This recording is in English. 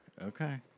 Okay